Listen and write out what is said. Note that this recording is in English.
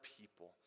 people